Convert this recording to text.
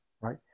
right